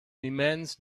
immense